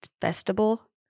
Festival